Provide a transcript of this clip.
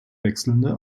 wechselnde